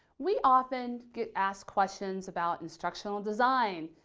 we often get asked questions about instructional design,